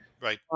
Right